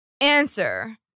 answer